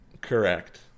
Correct